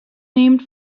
named